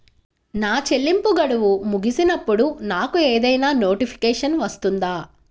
నా చెల్లింపు గడువు ముగిసినప్పుడు నాకు ఏదైనా నోటిఫికేషన్ వస్తుందా?